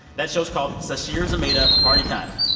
that show is called sasheer zamata party time!